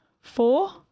four